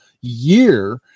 year